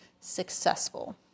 successful